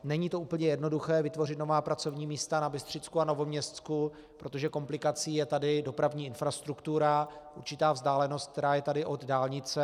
Není to úplně jednoduché vytvořit nová pracovní místa na Bystřicku a Novoměstsku, protože komplikací je tady dopravní infrastruktura, určitá vzdálenost, která tady je od dálnice.